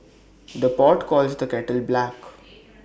the pot calls the kettle black